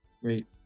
Great